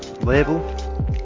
label